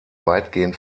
weitgehend